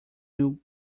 will